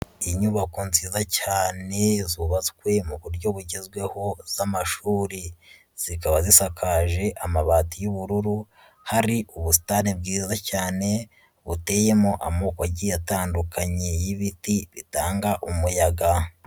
Inyubako nziza cyane zubatswe mu buryo bugezweho z'amashuri, zikaba zisakaje amabati y'ubururu. Hari ubusitani bwiza cyane buteyemo amoko agiye atandukanye y'ibiti bitanga umuyaga.